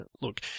look